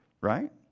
right